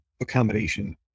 accommodation